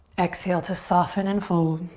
exhale to soften and fold.